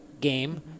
game